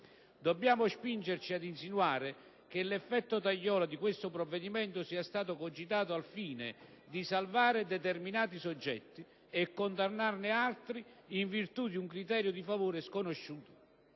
Dobbiamo spingerci a insinuare che l'effetto tagliola di questo provvedimento sia stato cogitato al fine di salvare determinati soggetti e condannarne altri in virtù di un criterio di favore sconosciuto?